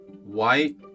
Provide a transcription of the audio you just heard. White